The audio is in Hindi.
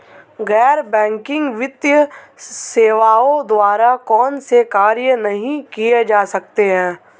गैर बैंकिंग वित्तीय सेवाओं द्वारा कौनसे कार्य नहीं किए जा सकते हैं?